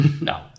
No